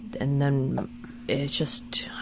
and then it's just,